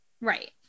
right